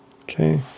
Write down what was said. Okay